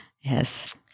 yes